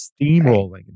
steamrolling